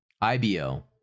IBO